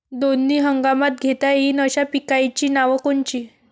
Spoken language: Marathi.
दोनी हंगामात घेता येईन अशा पिकाइची नावं कोनची?